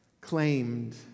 claimed